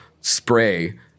spray